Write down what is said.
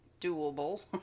doable